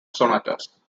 sonatas